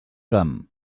camp